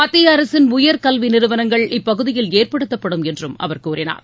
மத்திய அரசின் உயர் கல்வி நிறுவனங்கள் இப்பகுதியில் ஏற்படுத்தப்படும் என்றும் அவர் கூறினார்